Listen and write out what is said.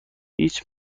هیچ